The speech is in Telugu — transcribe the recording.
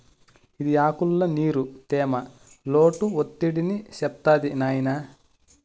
ఇది ఆకుల్ల నీరు, తేమ, లోటు ఒత్తిడిని చెప్తాది నాయినా